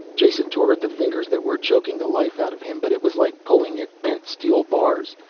jason tore at the fingers that were choking the life out of him, but it was like pulling at bent steel bars.